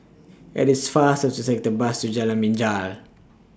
IT IS faster to Take The Bus to Jalan Binjai